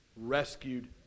rescued